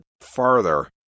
farther